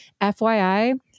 FYI